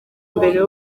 mbere